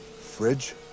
Fridge